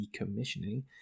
decommissioning